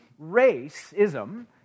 racism